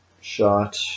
shot